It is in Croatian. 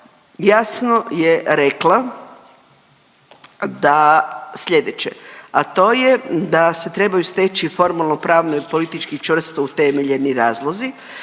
jasno je rekla da slijedeće, a to je da se trebaju steći formalno pravni i politički čvrsto utemeljeni razlozi